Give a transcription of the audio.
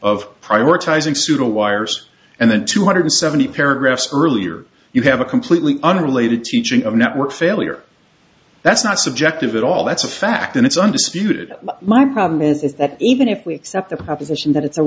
of prioritising pseudo wires and then two hundred seventy paragraphs earlier you have a completely unrelated teaching of network failure that's not subjective at all that's a fact and it's undisputed my problem is that even if we accept the proposition that it's a